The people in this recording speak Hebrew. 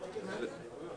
ההחלטה עכשיו,